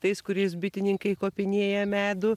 tais kuriais bitininkai kopinėja medų